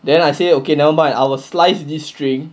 then I say okay never mind I will slice this string